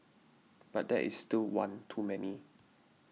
but that is still one too many